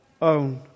own